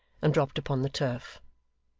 and dropped upon the turf.